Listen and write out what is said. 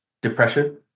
depression